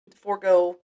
forego